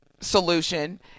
solution